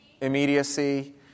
Immediacy